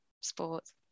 sports